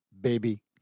baby